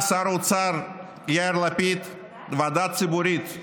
האוצר יאיר לפיד ועדה ציבורית,